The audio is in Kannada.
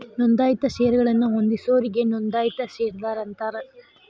ನೋಂದಾಯಿತ ಷೇರಗಳನ್ನ ಹೊಂದಿದೋರಿಗಿ ನೋಂದಾಯಿತ ಷೇರದಾರ ಅಂತಾರ